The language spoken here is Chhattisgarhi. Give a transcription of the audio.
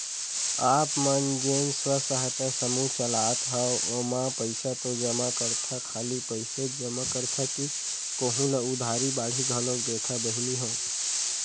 आप मन जेन स्व सहायता समूह चलात हंव ओमा पइसा तो जमा करथा खाली पइसेच जमा करथा कि कोहूँ ल उधारी बाड़ी घलोक देथा बहिनी हो?